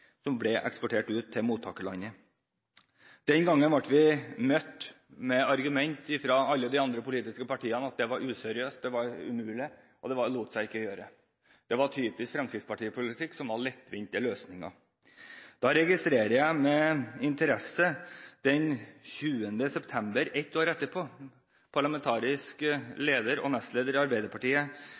som blir eksportert ut til mottakerlandet. Den gangen ble vi møtt med argumenter fra alle de andre politiske partiene om at det var useriøst, det var umulig, og det lot seg ikke gjøre. Det var typisk fremskrittspartipolitikk – som var lettvinte løsninger. Da registrerte jeg med interesse at parlamentarisk leder og nestleder i Arbeiderpartiet, Helga Pedersen, den 20. september ett år etterpå